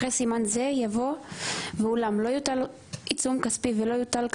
אחרי "סימן זה" יבוא "ואולם לא יוטל עיצום כספי ולא יוטלו